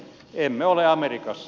emme ole amerikassa